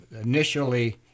initially